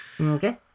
Okay